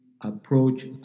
approach